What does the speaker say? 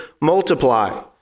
multiply